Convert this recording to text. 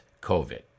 COVID